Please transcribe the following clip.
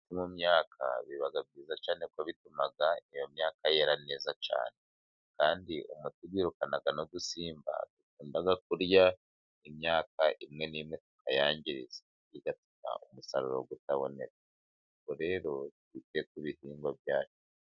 Mu myaka biba byiza cyane, kuko bituma iyo myaka yera neza cyane. kandi umuti wirukana usimba dukunda kurya imyaka imwe n'imwe tukayangiza, bigatuma umusaruro utaboneka. Ubwo rero, mwite ku bihingwa byanyu.